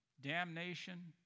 damnation